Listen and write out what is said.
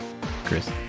Chris